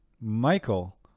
Michael